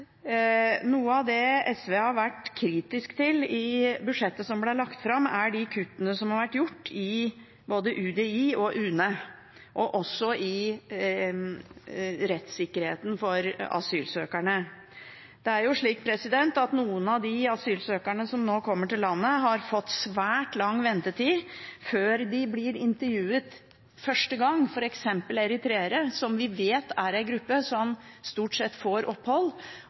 Noe av det SV har vært kritisk til i budsjettet som ble lagt fram, er de kuttene som har vært gjort i både UDI og UNE, og også i rettssikkerheten for asylsøkerne. Det er slik at noen av de asylsøkerne som kommer til landet, har fått svært lang ventetid før de har blitt intervjuet første gang, f.eks. eritreere, som vi vet er en gruppe som stort sett får opphold,